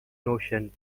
notion